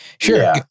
sure